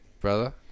brother